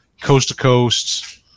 coast-to-coast